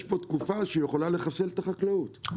יש פה תקופה שיכולה לחסל את החקלאות,